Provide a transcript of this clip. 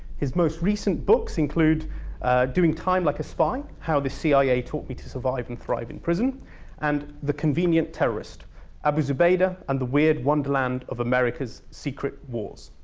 his most recent books include doing time like a spy how the cia taught me to survive and thrive in prison and the convenient terrorist abu zubaydah and the weird wonderland of america's secret wars.